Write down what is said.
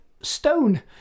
stone